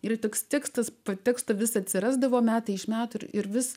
ir tik tikslas patekti vis atsirasdavo metai iš metų ir vis